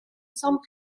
sam